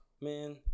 Man